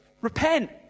repent